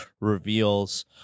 reveals